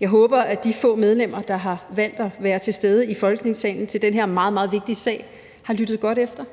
Jeg håber, at de få medlemmer, der har valgt at være til stede i Folketingssalen til den her meget, meget vigtige sag, har lyttet godt efter,